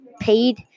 paid